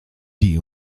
die